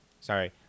sorry